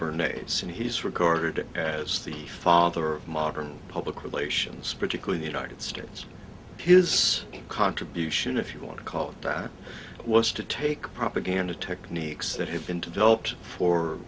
burnetts and he's regarded as the father of modern public relations particularly the united states his contribution if you want to call it that was to take propaganda techniques that had been developed for